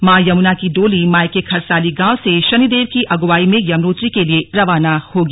मां यमुना की डोली मायके खरसाली गांव से शनि देव की अग्रवाई में यमुनोत्री के लिए रवाना होगी